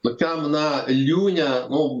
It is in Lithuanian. tokiam na liūne nu